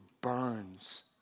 burns